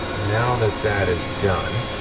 now that that is done,